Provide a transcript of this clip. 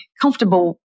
comfortable